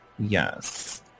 Yes